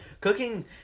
Cooking